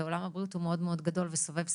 ועולם הבריאות הוא מאוד-מאוד גדול וסובב סביבנו.